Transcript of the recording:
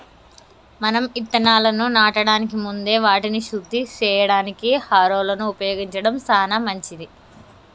మనం ఇత్తనాలను నాటడానికి ముందే వాటిని శుద్ది సేయడానికి హారొలను ఉపయోగించడం సాన మంచిది